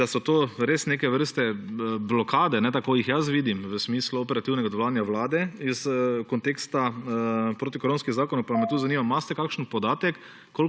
da so to res neke vrste blokade, tako jih jaz vidim v smislu operativnega delovanja vlade iz konteksta protikoronskih zakonov. Zanima me: Ali imate kakšen podatek,